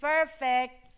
perfect